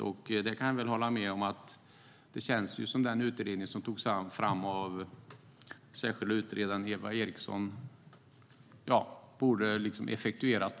Jag kan hålla med om att det känns som att förslagen i den utredning som togs fram av den särskilda utredaren Eva Eriksson på något sätt borde effektueras.